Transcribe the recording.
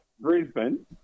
Brisbane